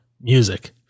music